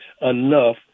enough